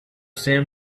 same